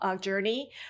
journey